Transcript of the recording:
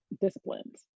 disciplines